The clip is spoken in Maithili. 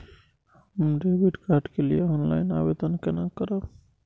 हम डेबिट कार्ड के लिए ऑनलाइन आवेदन केना करब?